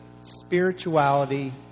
spirituality